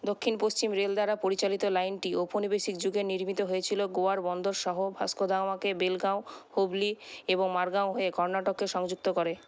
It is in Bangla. দক্ষিণ পশ্চিম রেল দ্বারা পরিচালিত লাইনটি ঔপনিবেশিক যুগে নির্মিত হয়েছিলো গোয়ার বন্দর শহর ভাস্কো দা গামাকে বেলগাঁও হুগলি এবং মারগাঁও হয়ে কর্ণাটককে সংযুক্ত করে